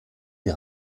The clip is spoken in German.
die